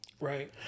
Right